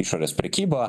išorės prekyba